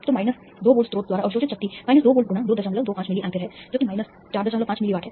तो minus 2 volt स्रोत द्वारा अवशोषित शक्ति माइनस 2 वोल्ट गुणा 225 मिली एम्पीयर है जो कि माइनस 45 मिली वाट है